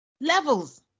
levels